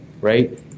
right